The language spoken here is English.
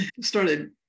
started